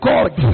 God